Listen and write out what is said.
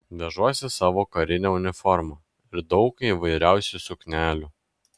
vežuosi savo karinę uniformą ir daug įvairiausių suknelių